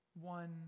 one